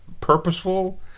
purposeful